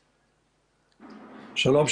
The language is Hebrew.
שלום,